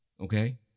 Okay